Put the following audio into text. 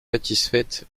satisfaite